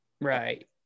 right